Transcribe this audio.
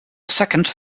second